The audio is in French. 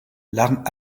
larmes